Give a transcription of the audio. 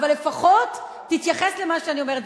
אבל לפחות תתייחס למה שאני אומרת.